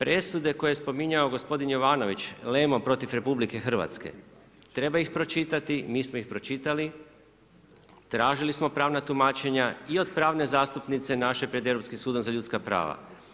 Presude koje je spominjao gospodin Jovanović, jel ja imamo protiv RH, treba ih pročitati, mi smo ih pročitali, tražili smo pravna tumačenja i od pravne zastupnice naše pred Europskim sudom za ljudska prava.